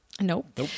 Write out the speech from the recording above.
Nope